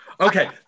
Okay